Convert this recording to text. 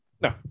No